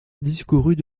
discourut